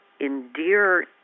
endear